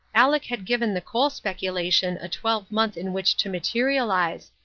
aleck had given the coal speculation a twelvemonth in which to materialize,